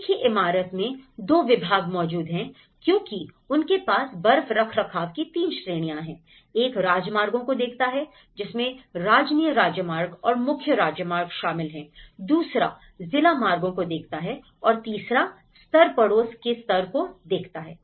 एक ही इमारत में दो विभाग मौजूद हैं क्योंकि उनके पास बर्फ रखरखाव की 3 श्रेणियां हैं एक राजमार्गों को देखता है जिसमें राजनीय राज्यमार्ग और मुख्य राज्यमार्ग शामिल हैं दूसरा जिला मार्गों को देखता है और तीसरा स्तर पड़ोस के स्तर को देखता है